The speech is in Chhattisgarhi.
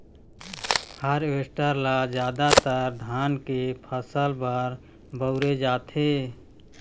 हारवेस्टर ल जादातर धान के फसल बर बउरे जाथे